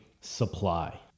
supply